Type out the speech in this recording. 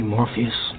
Morpheus